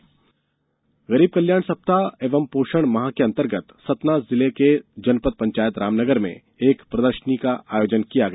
पोषण माह फ़लेगशिप गरीब कल्याण सप्ताह एवं पोषण माह के अंतर्गत सतना जिले के जनपद पंचायत रामनगर में एक प्रदर्शनी का आयोजन किया गया